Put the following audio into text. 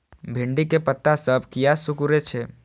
भिंडी के पत्ता सब किया सुकूरे छे?